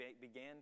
began